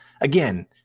again